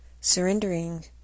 surrendering